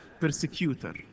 persecutor